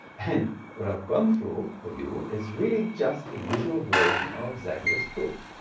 and what i've gone through for you is really just a visual version of zagier's proof.